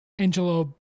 Angelo